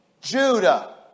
Judah